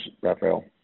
Raphael